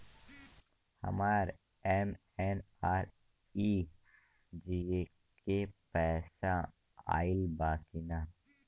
हमार एम.एन.आर.ई.जी.ए के पैसा आइल बा कि ना?